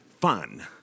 fun